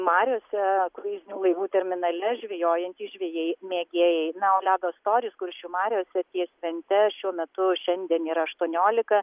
mariose kruizinių laivų terminale žvejojantys žvejai mėgėjai na o ledo storis kuršių mariose ties vente šiuo metu šiandien yra aštuoniolika